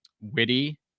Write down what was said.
witty